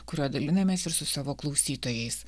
kuriuo dalinamės ir su savo klausytojais